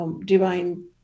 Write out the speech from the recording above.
divine